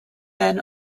then